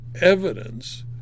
evidence